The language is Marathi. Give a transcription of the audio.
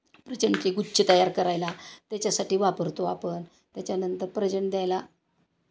प्रजंटची गुच्छ तयार करायला त्याच्यासाठी वापरतो आपण त्याच्यानंतर प्रजंट द्यायला